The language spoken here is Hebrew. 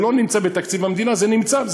זה לא נמצא בתקציב המדינה, זה נמצא.